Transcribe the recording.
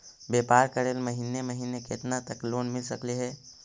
व्यापार करेल महिने महिने केतना तक लोन मिल सकले हे?